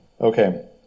Okay